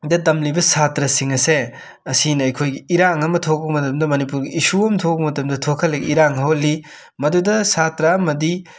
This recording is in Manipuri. ꯗ ꯇꯝꯂꯤꯕ ꯁꯥꯇ꯭ꯔꯁꯤꯡ ꯑꯁꯦ ꯑꯁꯤꯅ ꯑꯈꯣꯏꯒꯤ ꯏꯔꯥꯡ ꯑꯃ ꯊꯣꯛꯄ ꯃꯇꯝꯗ ꯃꯅꯤꯄꯨꯔꯒꯤ ꯏꯁꯨ ꯑꯃ ꯊꯣꯛꯄ ꯃꯇꯝꯗ ꯊꯣꯛꯍꯜꯂꯤ ꯏꯔꯥꯡ ꯍꯧꯍꯜꯂꯤ ꯃꯗꯨꯗ ꯁꯥꯇ꯭ꯔ ꯑꯃꯗꯤ